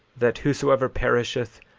that whosoever perisheth,